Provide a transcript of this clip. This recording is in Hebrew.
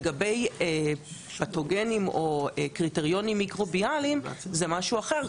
לגבי פתוגנים או קריטריונים מיקרוביאליים זה משהו אחר.